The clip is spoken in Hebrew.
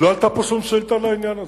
לא עלתה פה שום שאילתא על העניין הזה.